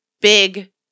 big